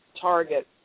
target